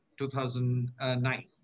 2009